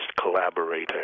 collaborator